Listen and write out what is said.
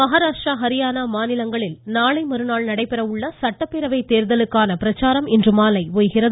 மஹாராஷ்டிரா ஹரியானா மாநிலங்களில் நாளை மறுநாள் நடைபெற உள்ள சட்டப்பேரவைத் தேர்தலுக்கான பிரச்சாரம் இன்று மாலை ஓய்கிறது